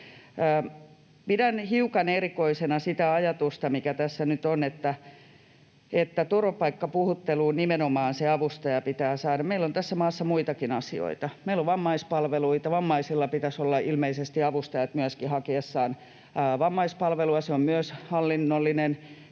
Pidän hiukan erikoisena sitä ajatusta, mikä tässä nyt on, että turvapaikkapuhutteluun nimenomaan se avustaja pitää saada. Meillä on tässä maassa muitakin asioita. Meillä on vammaispalveluita, ja vammaisilla pitäisi olla ilmeisesti avustajat myöskin hakiessaan vammaispalvelua. Se on myös hallinnollinen